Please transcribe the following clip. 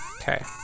Okay